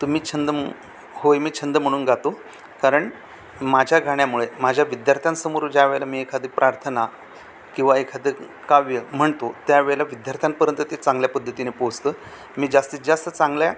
तुम्ही छंद होय मी छंद म्हणून गातो कारण माझ्या गाण्यामुळे माझ्या विद्यार्थ्यांसमोर ज्या वेळेला मी एखादं प्रार्थना किंवा एखादं काव्य म्हणतो त्या वेळेला विद्यार्थ्यांपर्यंत ते चांगल्या पद्धतीने पोहोचतं मी जास्तीत जास्त चांगल्या